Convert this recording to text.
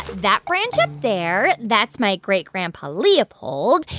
that branch up there that's my great-grandpa leopold.